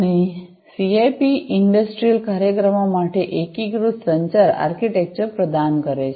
અને CIP industrial કાર્યક્રમો માટે એકીકૃત સંચાર આર્કિટેક્ચર પ્રદાન કરે છે